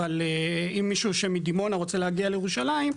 אבל אם מישהו שמדימונה רוצה להגיע לירושלים,